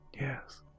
Yes